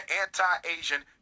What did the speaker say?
anti-Asian